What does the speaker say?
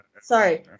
Sorry